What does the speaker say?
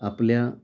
आपल्या